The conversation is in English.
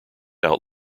out